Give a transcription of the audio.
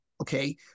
okay